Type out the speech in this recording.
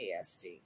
ASD